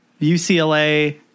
UCLA